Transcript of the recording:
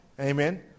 Amen